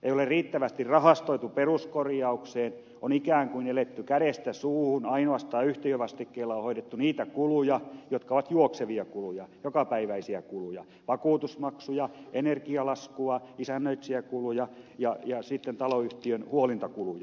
ei ole riittävästi rahastoitu peruskorjaukseen on ikään kuin eletty kädestä suuhun yhtiövastikkeella on hoidettu ainoastaan niitä kuluja jotka ovat juoksevia kuluja jokapäiväisiä kuluja vakuutusmaksuja energialaskua isännöitsijäkuluja ja sitten taloyhtiön huolintakuluja